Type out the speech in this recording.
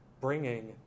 bringing